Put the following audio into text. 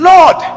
Lord